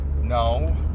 No